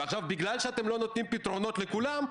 ועכשיו בגלל שאתם לא נותנים פתרונות לכולם,